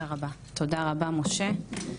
תודה רבה משה.